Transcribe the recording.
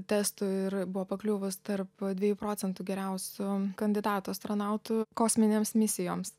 testų ir buvo pakliuvus tarp dviejų procentų geriausių kandidatų astronautų kosminėms misijoms